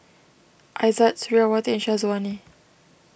Aizat Suriawati and Syazwani